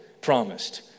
promised